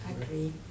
Agree